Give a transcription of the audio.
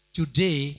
today